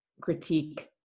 critique